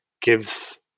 gives